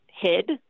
hid